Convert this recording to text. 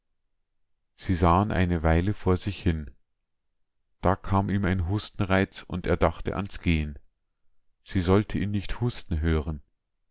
sie sahen eine weile vor sich hin da kam ihm ein hustenreiz und er dachte ans gehen sie sollte ihn nicht husten hören